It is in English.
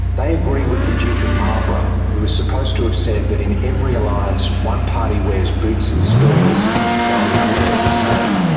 they agree with the duke of marlborough, who is supposed to have said that in every alliance, one party wears boots and spurs while the other wears a saddle.